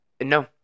No